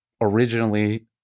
originally